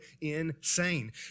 insane